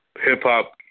hip-hop